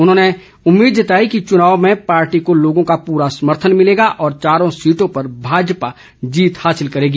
उन्होंने उम्मीद जताई कि चुनाव में पार्टी को लोगों का पूरा समर्थन मिलेगा और चारों सीटों पर भाजपा जीत हासिल करेगी